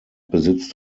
besitzt